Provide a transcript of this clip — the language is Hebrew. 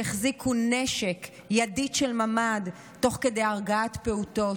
שהחזיקו נשק, ידית של ממ"ד, תוך כדי הרגעת פעוטות,